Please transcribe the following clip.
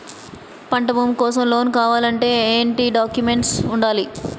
పంట భూమి కోసం లోన్ కావాలి అంటే ఏంటి డాక్యుమెంట్స్ ఉండాలి?